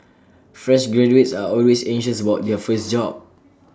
fresh graduates are always anxious about their first job